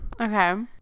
Okay